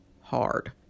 hard